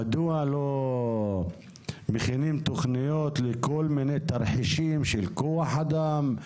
מדוע לא מכינים תוכניות לכל מיני תרחישים של כוח אדם,